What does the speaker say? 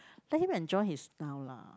let him enjoy his now lah